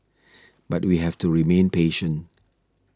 but we have to remain patient